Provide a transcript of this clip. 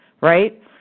right